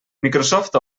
microsoft